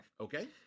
Okay